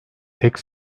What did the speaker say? tek